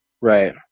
Right